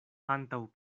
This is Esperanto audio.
antaŭ